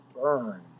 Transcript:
burn